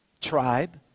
tribe